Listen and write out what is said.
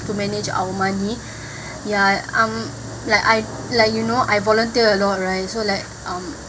to manage our money ya um like I like you know I volunteer a lot right so like um